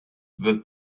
that